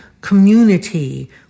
community